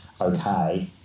okay